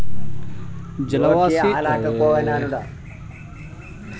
ಜಲವಾಸಿ ಸಸ್ಯಗಳು ಜಲವಾಸಿ ಪರಿಸರದಲ್ಲಿ ಉಪ್ಪು ನೀರು ಅಥವಾ ಸಿಹಿನೀರಲ್ಲಿ ವಾಸಿಸಲು ಹೊಂದಿಕೊಳ್ಳುವ ಸಸ್ಯಗಳಾಗಿವೆ